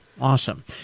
Awesome